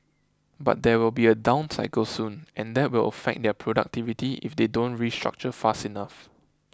but there will be a down cycle soon and that will affect their productivity if they don't restructure fast enough